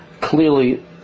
clearly